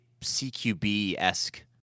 cqb-esque